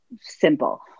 simple